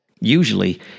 Usually